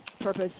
purpose